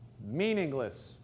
Meaningless